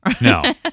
no